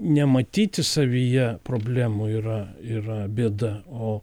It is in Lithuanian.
nematyti savyje problemų yra yra bėda o